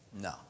No